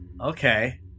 Okay